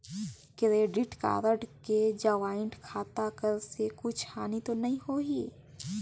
Credit card मे joint खाता कर से कुछ हानि तो नइ होही?